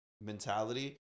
mentality